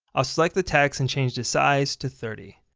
i'll select the text and change the size to thirty.